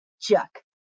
chuck